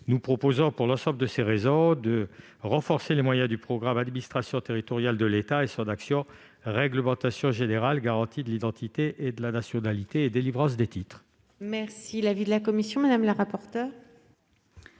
Nous proposons, pour l'ensemble de ces raisons, de renforcer les moyens du programme 354, « Administration territoriale de l'État », et son action n° 02, Réglementation générale, garantie de l'identité et de la nationalité et délivrance des titres. Quel est l'avis de la commission ? Si nous